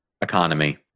economy